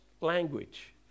language